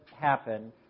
happen